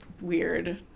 weird